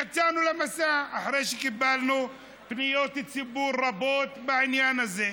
יצאנו למסע אחרי שקיבלנו פניות ציבור רבות בעניין הזה.